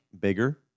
bigger